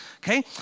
okay